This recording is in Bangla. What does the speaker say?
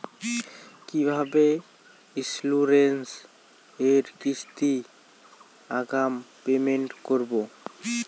কিভাবে ইন্সুরেন্স এর কিস্তি আগাম পেমেন্ট করবো?